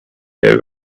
there